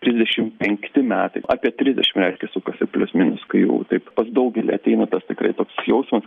trisdešim penkti metai apie trisdešim reiškia sukasi plius minus kai jau taip pas daugelį ateina tas tikrai toks jausmas